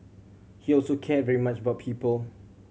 he also cared very much about people